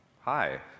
hi